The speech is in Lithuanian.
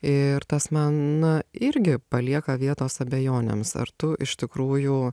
ir tas man na irgi palieka vietos abejonėms ar tu iš tikrųjų